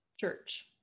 church